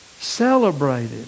celebrated